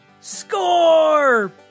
Score